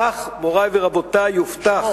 כך, מורי ורבותי, יובטח